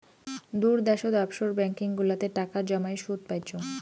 দূর দ্যাশোত offshore banking গুলাতে টাকা জমাই সুদ পাইচুঙ